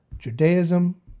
Judaism